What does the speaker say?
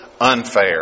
unfair